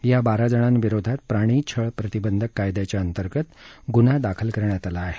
या बारा जणांविरोधात प्राणीछळ प्रतिबंधक कायद्याअंतर्गत गुन्हा दाखल केला आहे